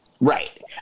Right